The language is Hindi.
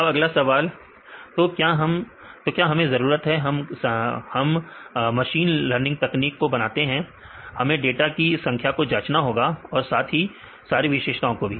अब अगला सवाल तो क्या हमें जरूरत है जब हम मशीन लर्निंग तकनीक को बनाते हैं हमें डाटा की संख्या को जांचना होगा और साथ में सारी विशेषताओं को भी